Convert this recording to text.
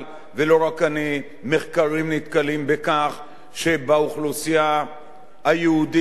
מחקרים נתקלים בכך שבאוכלוסייה היהודית במדינת ישראל,